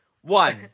One